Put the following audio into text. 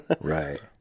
Right